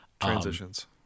transitions